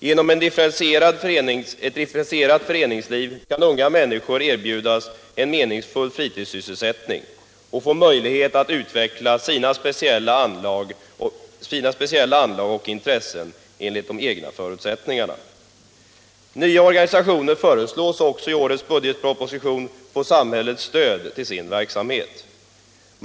Genom ett differentierat föreningsliv kan unga människor erbjudas en meningsfull fritidssysselsättning och få möjlighet att utveckla sina speciella anlag och intressen. Nya organisationer föreslås också i årets budgetproposition få samhällets stöd till sin verksamhet.